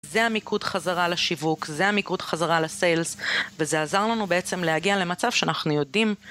זה המיקוד חזרה לשיווק, זה המיקוד חזרה ל sales וזה עזר לנו בעצם להגיע למצב שאנחנו יודעים.